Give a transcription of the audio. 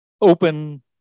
open